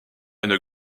une